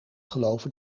geloven